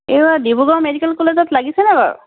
এই ডিব্ৰুগড় মেডিকেল কলেজত লাগিছেনে বাৰু